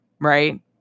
right